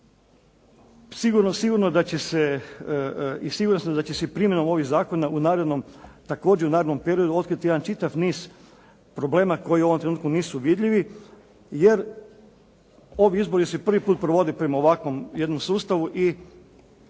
sigurno da će se primjenom ovih zakona u narednom, također u narednom periodu otkriti jedan čitav niz problema koji u ovom trenutku nisu vidljivi, jer ovi izbori se prvi puta provode prema ovakvom jednom sustavu i